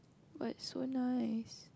but it's so nice